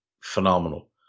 phenomenal